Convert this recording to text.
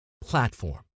Platform